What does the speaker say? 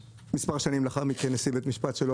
מספר שנים לאחר מכן הייתי נשיא בית משפט שלום